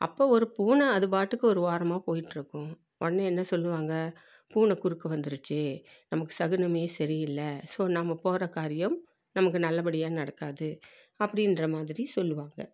அப்போ ஒரு பூனை அது பாட்டுக்கு ஒரு ஓரமாக போயிட்டிருக்கும் உடனே என்ன சொல்லுவாங்க பூனை குறுக்கே வந்துருச்சு நமக்கு சகுனமே சரியில்லை ஸோ நம்ம போகிற காரியம் நமக்கு நல்லபடியாக நடக்காது அப்படின்ற மாதிரி சொல்லுவாங்க